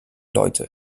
leute